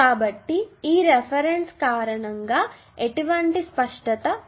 కాబట్టి ఈ రిఫరెన్స్ కారణంగా ఎటువంటి స్పష్టత ఉంది